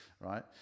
Right